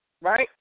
right